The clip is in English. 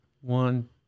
one